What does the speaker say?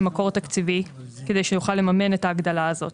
בכפוף למקור תקציבי כדי שיוכל לממן את ההגדלה הזאת,